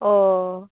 ᱚᱻ